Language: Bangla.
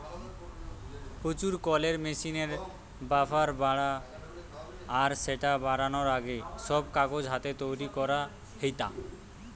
প্রচুর কলের মেশিনের ব্যাভার বাড়া আর স্যাটা বারানার আগে, সব কাগজ হাতে তৈরি করা হেইতা